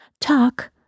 Talk